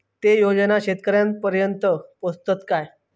ते योजना शेतकऱ्यानपर्यंत पोचतत काय?